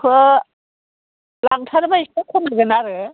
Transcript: लांथारोबा इसे खमायगोन आरो